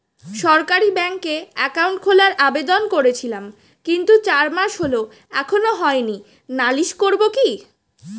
সরকারি ব্যাংকে একাউন্ট খোলার আবেদন করেছিলাম কিন্তু চার মাস হল এখনো হয়নি নালিশ করব কি?